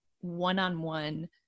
one-on-one